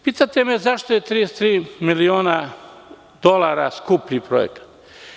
Pitate me zašto je 33 miliona dolara skuplji projekat?